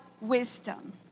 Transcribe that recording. wisdom